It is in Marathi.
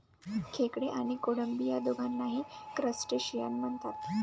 खेकडे आणि कोळंबी या दोघांनाही क्रस्टेशियन म्हणतात